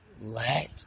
let